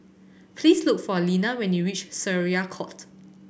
please look for Lena when you reach Syariah Court